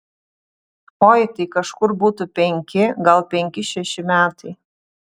oi tai kažkur būtų penki gal penki šeši metai